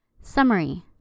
Summary